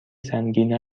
سنگین